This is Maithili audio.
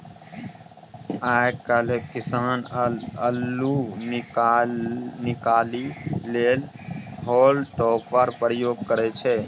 आइ काल्हि किसान अल्लु निकालै लेल हॉल टॉपरक प्रयोग करय छै